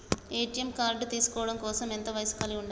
ATM card తీసుకోవడం కోసం ఎంత వయస్సు కలిగి ఉండాలి?